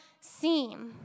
seem